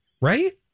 right